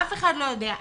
אף אחד לא יודע,